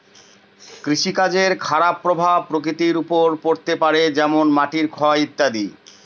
কৃষিকাজের খারাপ প্রভাব প্রকৃতির ওপর পড়তে পারে যেমন মাটির ক্ষয় ইত্যাদি